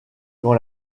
quand